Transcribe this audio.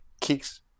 kicks